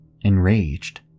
Enraged